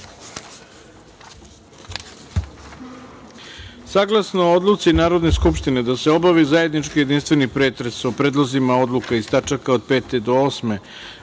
reda. Saglasno Odluci Narodne skupštine da se obavi zajednički jedinstveni pretres o predlozima odluka iz tačaka od 5. do 8.